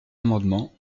amendement